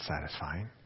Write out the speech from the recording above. satisfying